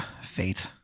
fate